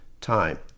time